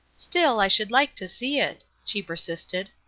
still i should like to see it, she persisted.